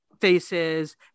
faces